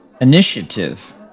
initiative